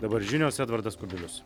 dabar žinios edvardas kubilius